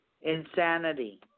insanity